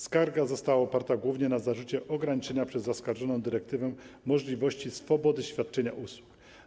Skarga została oparta głównie na zarzucie ograniczenia przez zaskarżoną dyrektywę możliwości swobody świadczenia usług.